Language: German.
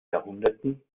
jahrhunderten